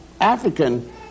African